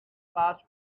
past